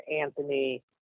Anthony